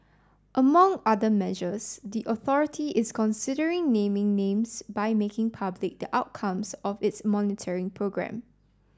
among other measures the authority is considering naming names by making public the outcomes of its monitoring programme